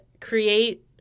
create